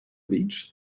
beach